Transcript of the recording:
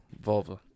Vulva